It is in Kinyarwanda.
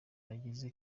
bagize